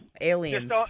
Aliens